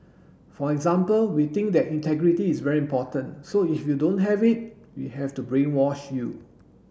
for example we think that integrity is very important so if you don't have it we have to brainwash you